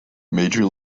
major